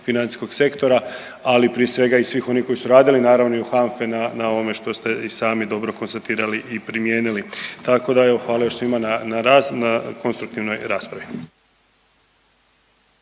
financijskog sektora, ali prije svega i svih koji su radili naravno i u HANFI na ovome što ste i sami dobro konstatirali i primijenili. Tako da evo hvala još svima na, na konstruktivnoj raspravi.